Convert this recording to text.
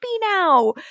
now